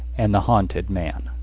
and the haunted man,